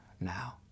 now